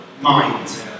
mind